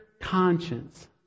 conscience